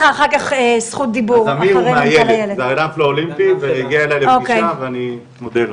בענפים הלא אולימפיים הבעיה משמעותית יותר,